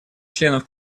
членов